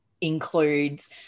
includes